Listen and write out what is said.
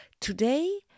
Today